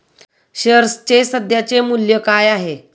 शेअर्सचे सध्याचे मूल्य काय आहे?